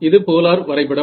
இது போலார் வரைபடம்